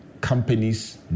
companies